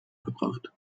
verbracht